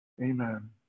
Amen